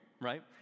right